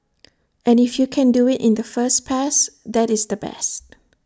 and if you can do IT in the first pass that is the best